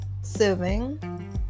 serving